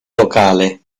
locale